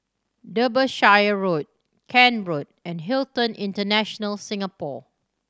Derbyshire Road Kent Road and Hilton International Singapore